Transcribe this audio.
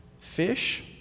Fish